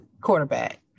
quarterback